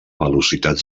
velocitats